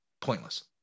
pointless